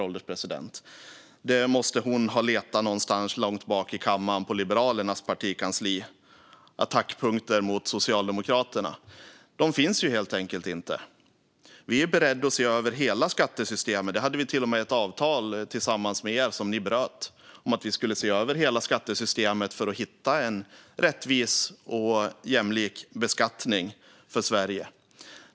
Hon måste ha letat någonstans på Liberalernas partikansli och hittat "Attackpunkter mot Socialdemokraterna", för de där skattehöjningarna finns inte. Vi är beredda att se över hela skattesystemet för att få en rättvis och jämlik beskattning i Sverige. Vi hade till med ett avtal med Liberalerna om det, men det bröt ni.